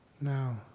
Now